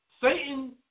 Satan